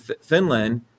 Finland